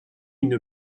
une